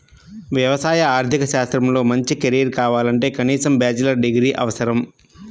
వ్యవసాయ ఆర్థిక శాస్త్రంలో మంచి కెరీర్ కావాలంటే కనీసం బ్యాచిలర్ డిగ్రీ అవసరం